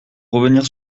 revenir